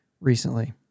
recently